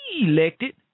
elected